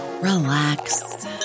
relax